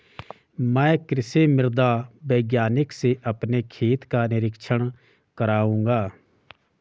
मैं कृषि मृदा वैज्ञानिक से अपने खेत का निरीक्षण कराऊंगा